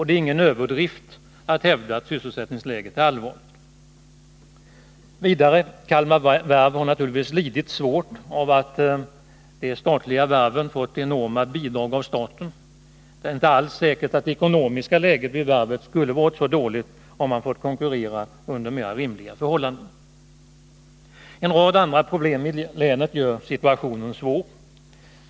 Det är ingen överdrift att hävda att sysselsättningsläget är allvarligt. 5. Kalmar Varv har naturligtvis lidit svårt av att de statliga varven får enorma bidrag av staten. Det är inte alls säkert att det ekonomiska läget vid varvet skulle ha varit så dåligt, om man fått konkurrera under mera rimliga förhållanden. En rad andra problem i länet gör situationen svår.